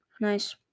Nice